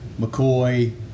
McCoy